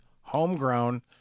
homegrown